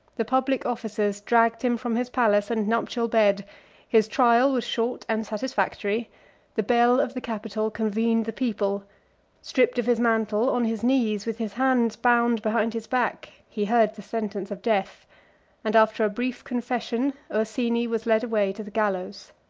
the public officers dragged him from his palace and nuptial bed his trial was short and satisfactory the bell of the capitol convened the people stripped of his mantle, on his knees, with his hands bound behind his back, he heard the sentence of death and after a brief confession, ursini was led away to the gallows.